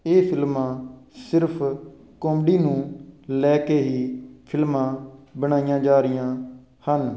ਇਹ ਫਿਲਮਾਂ ਸਿਰਫ ਕੌਡੀ ਨੂੰ ਲੈ ਕੇ ਹੀ ਫਿਲਮਾਂ ਬਣਾਈਆਂ ਜਾ ਰਹੀਆਂ ਹਨ